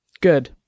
Good